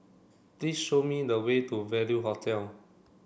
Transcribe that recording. please show me the way to Value Hotel